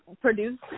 produce